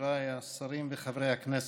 חבריי השרים וחברי הכנסת.